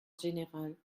général